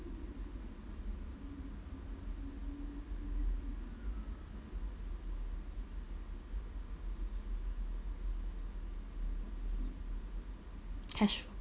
cash